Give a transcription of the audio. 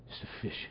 sufficient